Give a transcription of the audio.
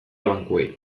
bankuei